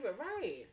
Right